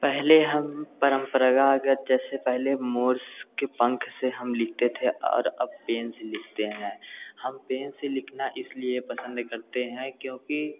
पहले हम परंपरागत जैसे पहले मोर के पंख से हम लिखते थे और अब पेन से लिखते हैं हम पेन से लिखना इसलिए पसंद करते हैं क्योंकि